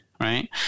right